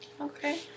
Okay